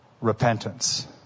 repentance